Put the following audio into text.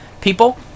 people